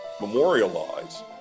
memorialize